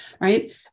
Right